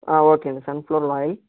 ఓహ్ okay అండి sunflower oil